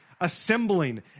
assembling